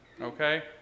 Okay